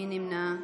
מי נמנע?